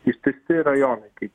ištisi rajonai kaip